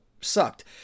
sucked